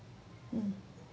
mm